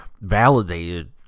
validated